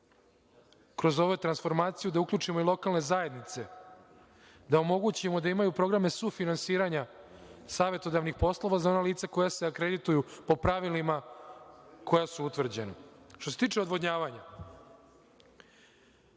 kroz ovu transformaciju da uključimo i lokalne zajednice, da omogućimo da imaju programe sufinansiranja savetodavnih poslova za ona lica koja se akredituju po pravilima koja su utvrđena. Što se tiče odvodnjavanja,